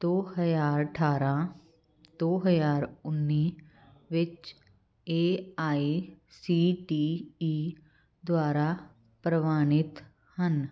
ਦੋ ਹਜ਼ਾਰ ਅਠਾਰ੍ਹਾਂ ਦੋ ਹਜ਼ਾਰ ਉੱਨੀ ਵਿੱਚ A I C T E ਦੁਆਰਾ ਪ੍ਰਵਾਨਿਤ ਹਨ